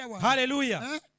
Hallelujah